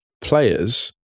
players